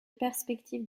perspectives